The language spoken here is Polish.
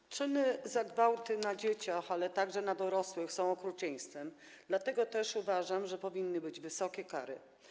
Takie czyny jak gwałty na dzieciach, ale także na dorosłych są okrucieństwem, dlatego też uważam, że powinny być za nie wysokie kary.